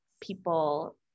people